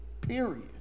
Period